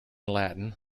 latin